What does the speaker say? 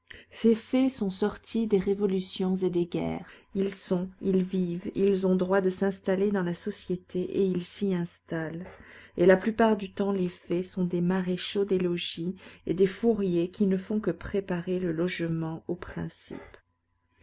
ces faits sont sortis des révolutions et des guerres ils sont ils vivent ils ont droit de s'installer dans la société et ils s'y installent et la plupart du temps les faits sont des maréchaux des logis et des fourriers qui ne font que préparer le logement aux principes